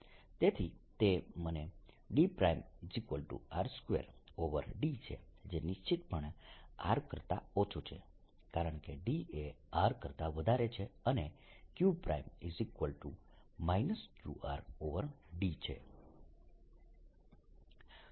તેથી તે મને dR2d છે જે નિશ્ચિતપણે R કરતા ઓછું છે કારણ કે d એ R કરતા વધારે છે અને q qRd છે